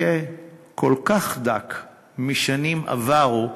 יהיה כל כך דק בהשוואה לשנים עברו,